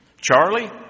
Charlie